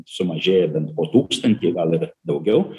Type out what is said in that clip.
sumažėja bent po tūkstantį gal ir daugiau